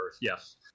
Yes